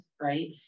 right